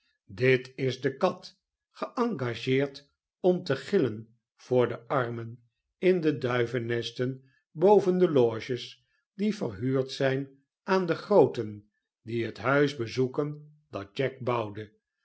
dit is de kat geengageerd om te gillen voor de armen in de duivennesten boven de loges die verhuurd zijn aan de grooten die het huis bezoeken dat jack bouwde